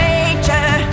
Nature